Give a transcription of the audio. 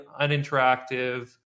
uninteractive